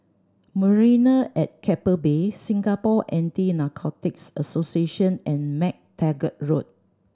Marina at Keppel Bay Singapore Anti Narcotics Association and MacTaggart Road